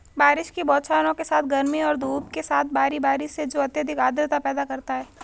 बारिश की बौछारों के साथ गर्मी और धूप के साथ बारी बारी से जो अत्यधिक आर्द्रता पैदा करता है